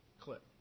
clip